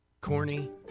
Corny